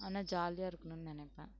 ஆனால் ஜாலியாக இருக்கணும்னு நினைப்பேன்